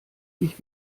sich